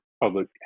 public